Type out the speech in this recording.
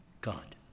God